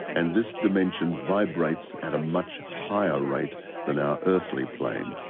and this dimension vibrates at a much higher rate than our earthly plane.